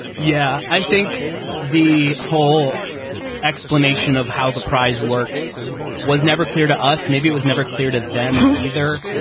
yeah, i think the whole explanation of how the prize works was never clear to us. maybe it was never clear to them either.